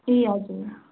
ए हजुर